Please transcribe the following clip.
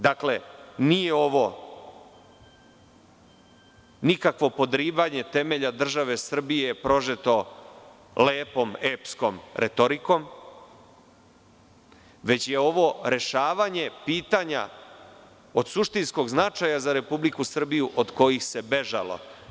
Dakle, nije ovo nikakvo podrivanje temelja države Srbije prožeto lepom epskom retorikom, već je ovo rešavanje pitanja od suštinskog značaja za Republiku Srbiju od kojih se bežalo.